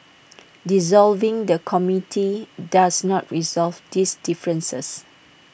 dissolving the committee does not resolve these differences